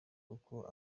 uko